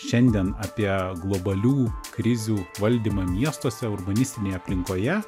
šiandien apie globalių krizių valdymą miestuose urbanistinėje aplinkoje